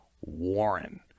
Warren